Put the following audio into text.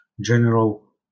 general